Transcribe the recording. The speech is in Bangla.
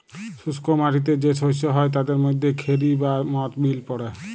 শুস্ক মাটিতে যে শস্য হ্যয় তাদের মধ্যে খেরি বা মথ বিল পড়ে